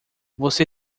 você